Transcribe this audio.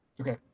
Okay